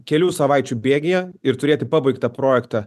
kelių savaičių bėgyje ir turėti pabaigtą projektą